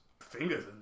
fingers